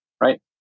right